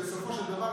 שבסופו של דבר,